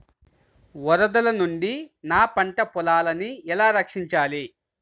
వరదల నుండి నా పంట పొలాలని ఎలా రక్షించాలి?